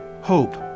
hope